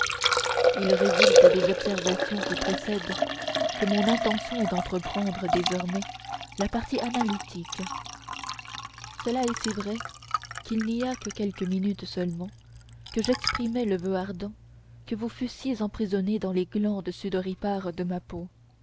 il résulte des observations qui précèdent que mon intention est d'entreprendre désormais la partie analytique cela est si vrai qu'il n'y a que quelques minutes seulement que j'exprimai le voeu ardent que vous fussiez emprisonné dans les glandes sudoripares de ma peau